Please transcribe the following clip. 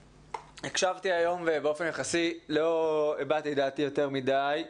הקשבתי היום ובאופן יחסי לא הבעתי את דעתי יותר מדי.